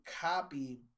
copy